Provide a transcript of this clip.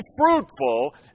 fruitful